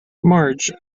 marge